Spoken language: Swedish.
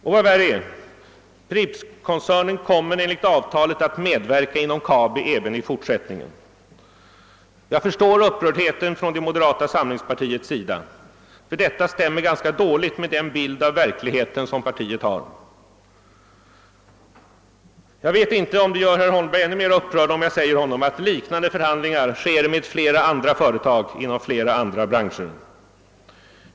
Och, vad värre är, Prippkoncernen kommer enligt avtalet att medverka inom Kabi även i fortsättningen. Jag förstår upprördheten från moderata samlingspartiets sida; detta stämmer ju ganska dåligt med den bild av verkligheten som detta parti har. Jag vet inte om det gör herr Holmberg ännu mer upprörd om jag säger honom att liknande förhandlingar sker med flera andra företag inom flera andra branscher.